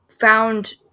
found